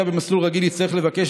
זה יהיה בעיקר